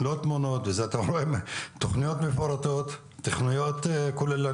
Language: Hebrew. לא תמונות, תוכניות מפורטות וכוללניות